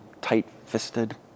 tight-fisted